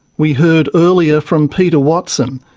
we heard earlier from peter watson,